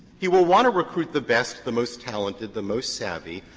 he will want to recruit the best, the most talented, the most savvy,